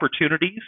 opportunities